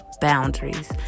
boundaries